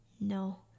No